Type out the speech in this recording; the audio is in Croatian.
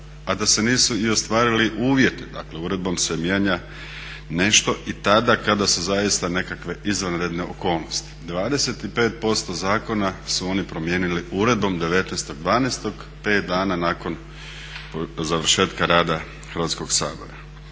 a da se nisu i ostvarili uvjeti. Dakle, uredbom se mijenja nešto i tada kada su zaista nekakve izvanredne okolnosti. 25% zakona su oni promijenili uredbom 19.12. pet dana nakon završetka rada Hrvatskog sabora.